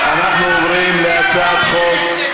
מה זה מספיק?